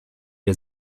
der